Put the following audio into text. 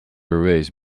erase